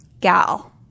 gal